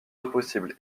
impossible